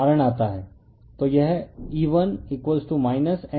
तो यह E1 N1 ddt है